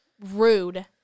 rude